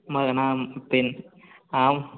ஆம்